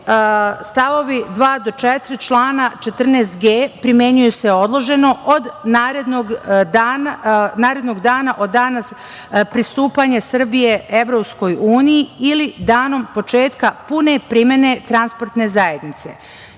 stavovi 2. – 4. člana 14g. primenjuju se odloženo od narednog dana od dana pristupanja Srbije Evropskoj uniji ili danom početka pune primene transportne zajednice. Stav